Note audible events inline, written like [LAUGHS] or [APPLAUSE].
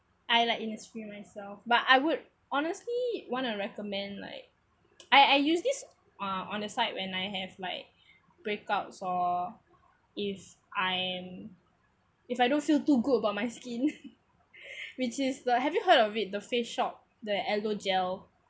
I like Innisfree myself but I would honestly want to recommend like I I use this uh on the side when I have like breakouts or if I am if I don't feel too good about my skin [LAUGHS] which is the have you heard of it the Face Shop the aloe gel